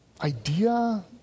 idea